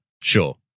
sure